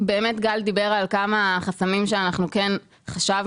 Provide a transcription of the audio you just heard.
באמת גל דיבר על כמה חסמים שאנחנו כן חשבנו